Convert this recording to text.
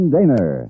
Daner